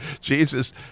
Jesus